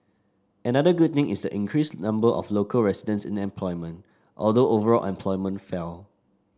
another good thing is the increased number of local residents in employment although overall employment fell